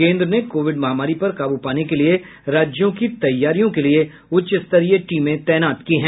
केन्द्र ने कोविड महामारी पर काब् पाने के लिए राज्यों की तैयारियों के लिए उच्च स्तरीय टीमें तैनात की हैं